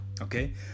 Okay